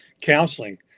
counseling